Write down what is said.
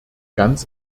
ganz